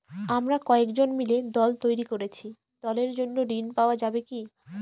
আমরা কয়েকজন মিলে দল তৈরি করেছি দলের জন্য ঋণ পাওয়া যাবে কি?